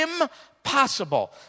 impossible